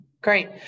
great